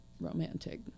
romantic